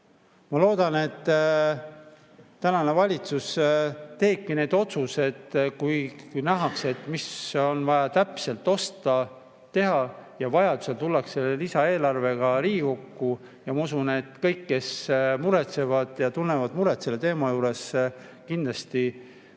loodan, et tänane valitsus teebki need otsused, kui nähakse, mis on vaja täpselt osta, teha. Vajadusel tullakse lisaeelarvega Riigikokku ja ma usun, et kõik, kes muretsevad, tunnevad muret selle teema pärast, kindlasti